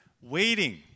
waiting